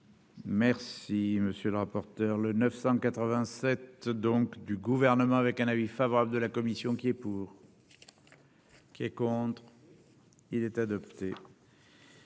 Merci. Monsieur le rapporteur, le 987 donc du gouvernement avec un avis favorable de la commission qui est. Pour qui est contre, il est adopté.